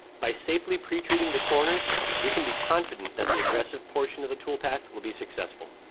by safely pre-treating the corners, we can be confident that the aggressive portion of the toolpath will be successful.